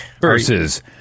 versus